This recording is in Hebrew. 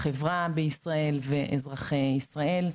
החברה בישראל ואזרחי ישראל.